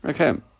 Okay